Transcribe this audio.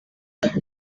ati